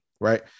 Right